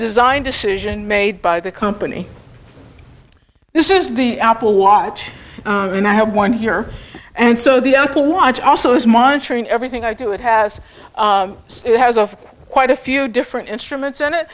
design decision made by the company this is the apple watch and i have one here and so the uncle watch also is monitoring everything i do it has it has of quite a few different instruments in it